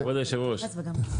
כבוד היושב-ראש,